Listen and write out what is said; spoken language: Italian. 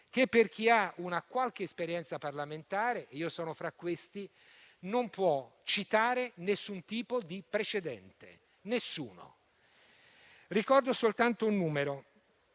quale chi ha una qualche esperienza parlamentare - e io sono fra questi - non può citare alcun tipo di precedente. Nessuno. Ricordo soltanto un numero: